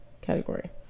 category